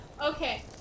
Okay